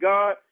God